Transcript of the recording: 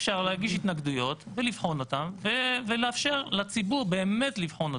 אפשר להגיש התנגדויות ולבחון אותן ולאפשר לציבור באמת לבחון אותן.